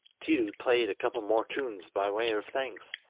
tiidu played a couple more tunes by way of thanks,